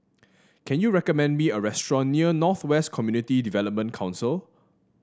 can you recommend me a restaurant near North West Community Development Council